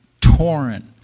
torrent